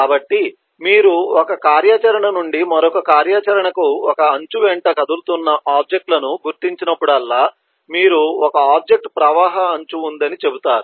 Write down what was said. కాబట్టి మీరు ఒక కార్యాచరణ నుండి మరొక కార్యాచరణకు ఒక అంచు వెంట కదులుతున్న ఆబ్జెక్ట్ లను గుర్తించినప్పుడల్లా మీరు ఒక ఆబ్జెక్ట్ ప్రవాహ అంచు ఉందని చెబుతారు